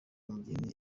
umugeni